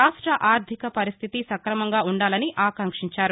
రాష్ట ఆర్దిక పరిస్టితి సక్రమంగా ఉండాలని ఆకాంక్షించారు